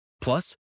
Plus